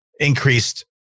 Increased